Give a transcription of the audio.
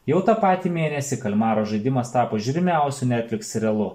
jau tą patį mėnesį kalmaro žaidimas tapo žiūrimiausiu netfliks serialu